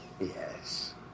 Yes